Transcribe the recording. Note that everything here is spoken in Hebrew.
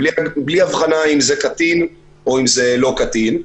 בלי אבחנה אם זה קטין או לא קטין,